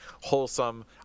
wholesome